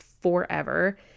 forever